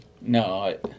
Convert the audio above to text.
No